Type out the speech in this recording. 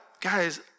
guys